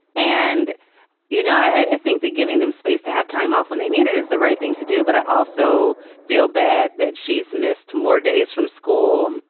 and you know i think that giving them space to have time off when they need it is the right thing to do. but i also feel bad that she's missed more days from school.